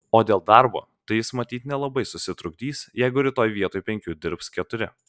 o dėl darbo tai jis matyt nelabai susitrukdys jeigu rytoj vietoj penkių dirbs keturi